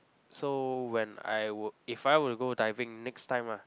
so when I would if I were to go diving next time ah